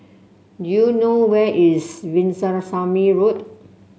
do you know where is Veerasamy Road